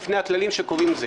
בפני הכללים שקובעים את זה.